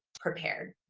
prepared.